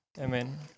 Amen